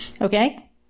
Okay